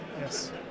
Yes